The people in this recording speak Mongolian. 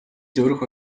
зүрх